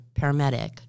paramedic